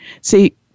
see